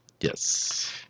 yes